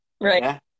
Right